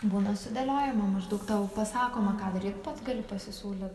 būna sudėliojama maždaug tau pasakoma ką daryt pats gali pasisiūlyt